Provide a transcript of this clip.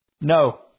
No